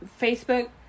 Facebook